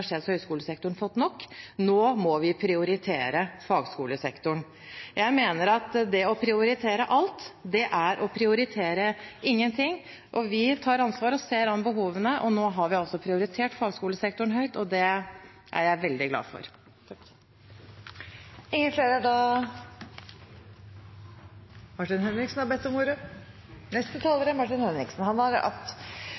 nok, så nå må vi prioritere fagskolesektoren. Jeg mener at det å prioritere alt er å prioritere ingenting. Vi tar ansvar og ser an behovene, og nå har vi prioritert fagskolesektoren høyt. Det er jeg veldig glad for. Martin Henriksen har hatt ordet